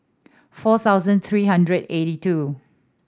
four thousand three hundred eighty two